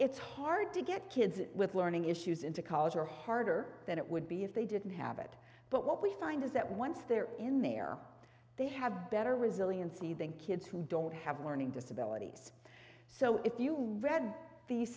it's hard to get kids with learning issues into college or harder than it would be if they didn't have it but what we find is that once they're in there they have better resiliency than kids who don't have learning disabilities so if you read these